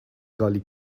gully